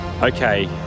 Okay